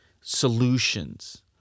solutions